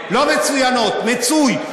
לא מצוינות, מיצוי.